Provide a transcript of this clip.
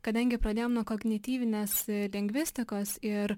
kadangi pradėjom nuo kognityvinės lingvistikos ir